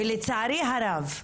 ולצערי הרב,